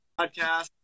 podcast